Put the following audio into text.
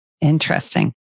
Interesting